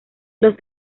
los